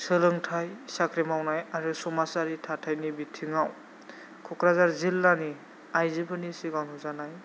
सोलोंथाइ साख्रि मावनाय आरो समाजारि थाथाइनि बिथिङाव क'क्राझार जिलानि आयजोफोरनि सिगाङाव नुजानाय